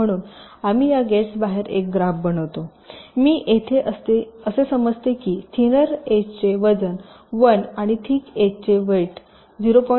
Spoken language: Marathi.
म्हणून आम्ही या गेट्स बाहेर एक ग्राफ बनवतो मी येथे असे समजते की थींनर एजचे वजन 1 आणि थिक एजचे वेट 0